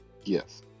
Yes